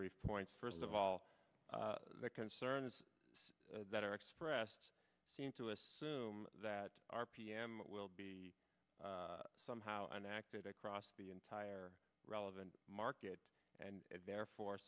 brief points first of all the concerns that are expressed seem to assume that r p m will be somehow enacted across the entire relevant market and therefore